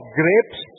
grapes